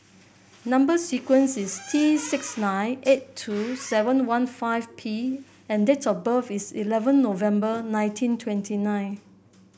number sequence is T six nine eight two seven one five P and date of birth is eleven November nineteen twenty nine